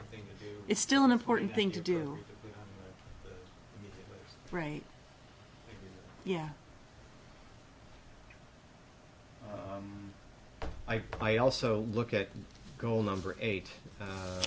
it's still an important thing to do right yeah i think i also look at goal number eight a